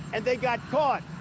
and they got caught.